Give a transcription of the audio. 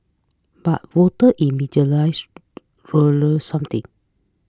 but voter something